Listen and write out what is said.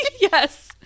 yes